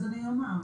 אז אני אומר,